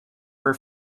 for